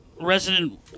Resident